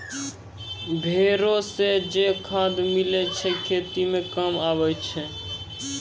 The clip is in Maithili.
भेड़ो से जे खाद मिलै छै खेती मे काम आबै छै